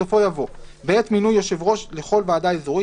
בסופו יבוא "בעת מינוי יושב ראש לכל ועדה אזורית